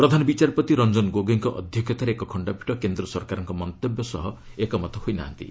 ପ୍ରଧାନ ବିଚାରପତି ରଞ୍ଜନ ଗୋଗେଇଙ୍କ ଅଧ୍ୟକ୍ଷତାରେ ଏକ ଖଣ୍ଡପୀଠ କେନ୍ଦ୍ର ସରକାରଙ୍କ ମନ୍ତବ୍ୟ ସହ ଏକମତ ହୋଇନାହାନ୍ତି